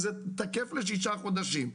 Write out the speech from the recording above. זה תקף לשישה חודשים.